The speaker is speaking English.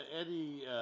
Eddie